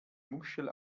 muschel